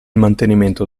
mantenimento